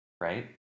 Right